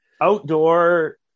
outdoor